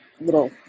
little